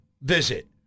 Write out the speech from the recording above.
visit